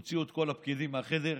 הוציאו את כל הפקידים מהחדר: